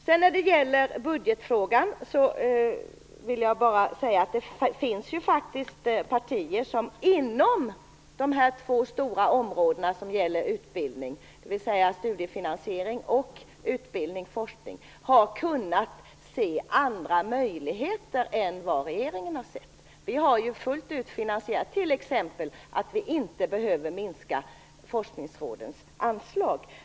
När det sedan gäller budgetfrågan finns det faktiskt partier som inom de två stora områden som gäller utbildning, dvs. studiefinansiering och utbildning/forskning, har kunnat se andra möjligheter än regeringen. Vi har fullt ut finansierat t.ex. att vi inte behöver minska forskningsrådens anslag.